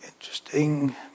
Interesting